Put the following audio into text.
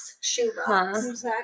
shoebox